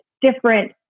different